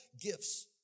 gifts